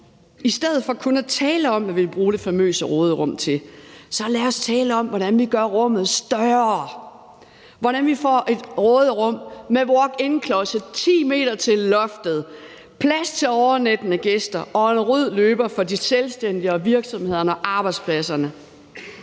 I stedet for kun at tale om, hvad vi vil bruge det famøse råderum til, så lad os tale om, hvordan vi gør rummet større, hvordan vi får et råderum med walk-in-closet, 10 m til loftet, plads til overnattende gæster og en rød løber for de selvstændige og virksomhederne og arbejdspladserne.